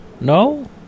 No